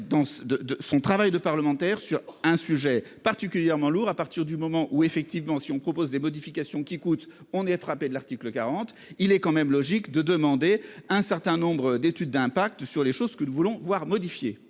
de son travail de parlementaire sur un sujet particulièrement lourd à partir du moment où effectivement si on propose des modifications qui coûte, on ait attrapé de l'article 40, il est quand même logique de demander un certain nombre d'études d'impact sur les choses que nous voulons voir modifier.